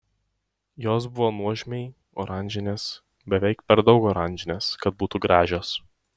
jos buvo nuožmiai oranžinės beveik per daug oranžinės kad būtų gražios